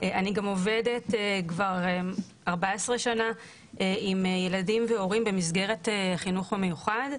אני גם עובדת כבר 14 שנה עם ילדים והורים במסגרת החינוך המיוחד.